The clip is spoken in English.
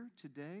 today